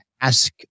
ask